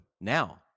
now